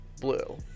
Blue